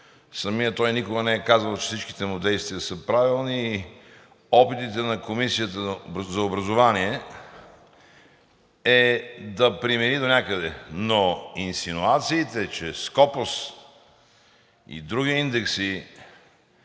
Самият той никога не е казвал, че всичките му действия са правилни. Опитите на Комисията по образование са да примири донякъде, но инсинуациите, че SCOPUS и други индекси